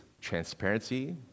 transparency